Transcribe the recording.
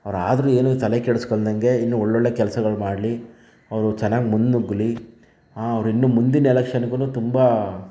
ಅವರು ಆದರೂ ಏನು ತಲೆ ಕೆಡಿಸ್ಕೊಳ್ದಂಗೆ ಇನ್ನೂ ಒಳ್ಳೊಳ್ಳೆ ಕೆಲಸಗಳು ಮಾಡಲಿ ಅವರು ಚೆನ್ನಾಗಿ ಮುನ್ನುಗ್ಲಿ ಅವರು ಇನ್ನೂ ಮುಂದಿನ ಎಲೆಕ್ಷನ್ಗೂ ತುಂಬ